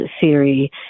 theory